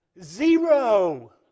Zero